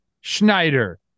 Schneider